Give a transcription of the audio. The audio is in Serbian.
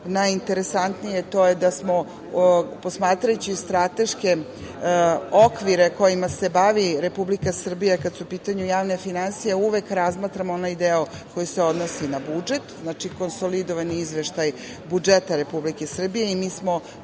najinteresantnije, to je da smo posmatrajući strateške okvire kojima se bavi Republika Srbija, kada su u pitanju javne finansije, uvek razmatramo onaj deo koji se odnosi na budžet, znači, konsolidovani izveštaj budžeta Republike Srbije. Mi smo